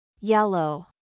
Yellow